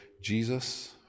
Jesus